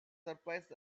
surprised